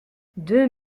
deux